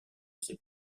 ces